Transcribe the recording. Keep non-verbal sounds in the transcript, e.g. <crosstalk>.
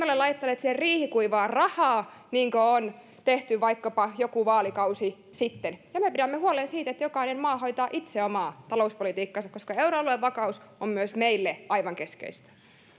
<unintelligible> ole laittaneet siihen riihikuivaa rahaa niin kuin on tehty vaikkapa joku vaalikausi sitten ja me pidämme huolen siitä että jokainen maa hoitaa itse omaa talouspolitiikkaansa koska euroalueen vakaus on myös meille aivan keskeistä